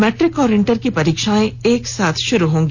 matric और inter की परीक्षाएं एक साथ शुरू होगी